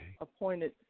appointed